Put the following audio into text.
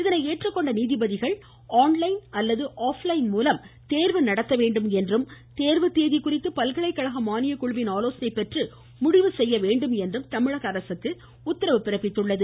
இதனை ஏற்றுக்கொண்ட நீதிபதிகள் ஆன்லைன் அல்லது ஆஃப்லைன் மூலம் தேர்வு நடத்தவேண்டும் என்றும் தேர்வு தேதி குறித்து பல்கலைக்கழக மானியக் குழுவின் ஆலோசனை பெற்று முடிவு செய்யவேண்டும் என்றும் தமிழகஅரசுக்கு உத்தரவு பிறப்பித்துள்ளது